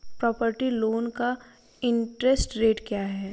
Property loan का interest rate क्या है?